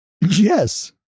Yes